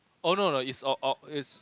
oh oh no no it's err err it's